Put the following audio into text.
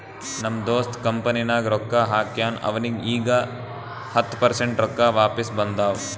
ನಮ್ ದೋಸ್ತ್ ಕಂಪನಿನಾಗ್ ರೊಕ್ಕಾ ಹಾಕ್ಯಾನ್ ಅವ್ನಿಗ ಈಗ್ ಹತ್ತ ಪರ್ಸೆಂಟ್ ರೊಕ್ಕಾ ವಾಪಿಸ್ ಬಂದಾವ್